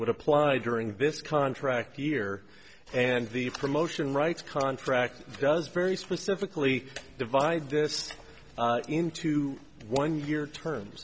would apply during this contract year and the promotion rights contract does very specifically divide this into one year terms